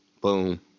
Boom